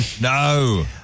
No